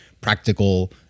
practical